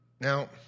Now